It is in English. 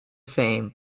fame